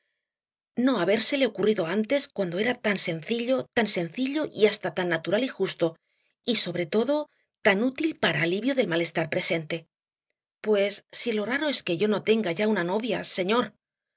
no habérsele ocurrido antes cuando era tan sencillo tan sencillo y hasta tan natural y justo y sobre todo tan útil para alivio del malestar presente pues si lo raro es que yo no tenga ya una novia señor